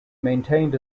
maintained